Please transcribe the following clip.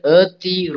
earthy